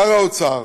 שר האוצר,